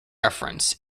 reference